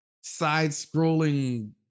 side-scrolling